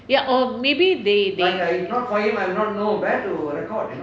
ya or maybe they they